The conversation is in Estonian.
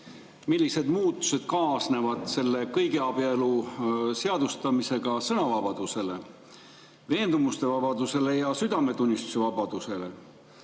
millised muutused kaasnevad selle kõigi abielu seadustamisega sõnavabadusele, veendumuste vabadusele ja südametunnistuse vabadusele.